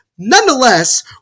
Nonetheless